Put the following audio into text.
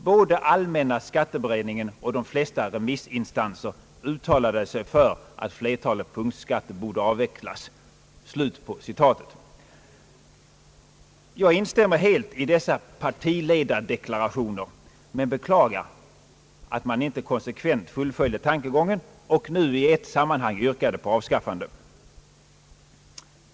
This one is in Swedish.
Både allmänna skatteberedningen och de flesta remissinstanser utalade sig för att flertalet punktskatter borde avvecklas.» Jag instämmer helt i dessa partiledardeklarationer men beklagar att man icke konsekvent fullföljde tankegången och nu i ett sammanhang yrkade på avskaffande.